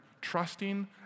trusting